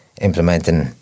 implementing